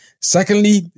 Secondly